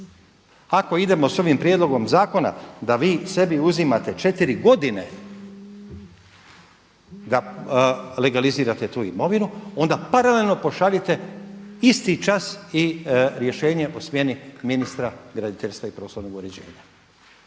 Ako idemo sa ovim prijedlogom zakona da vi sebi uzimate 4 godine da legalizirate tu imovinu onda paralelno pošaljite isti čas i rješenje o smjeni ministra graditeljstva i prostornog uređenja.